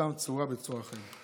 נשמתם צרורה בצרור החיים.